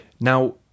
Now